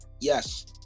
Yes